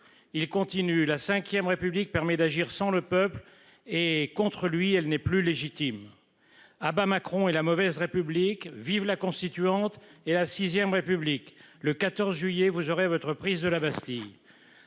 il continue la Ve République permet d'agir sans le peuple et contre lui. Elle n'est plus légitime. À bas Macron et la mauvaise République vive la Constituante et la VIe République, le 14 juillet, vous aurez votre prise de la Bastille.